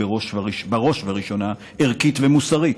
בראש ובראשונה ערכית ומוסרית,